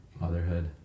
motherhood